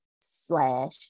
slash